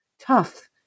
tough